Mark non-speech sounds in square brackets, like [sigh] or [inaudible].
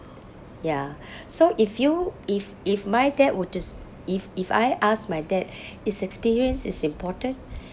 ya [breath] so if you if if my dad would just if if I ask my dad [breath] is experience is important